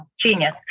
genius